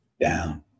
down